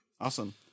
Awesome